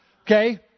Okay